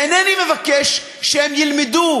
ואינני מבקש שהם ילמדו